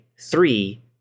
three